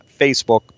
Facebook